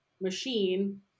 machine